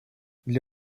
для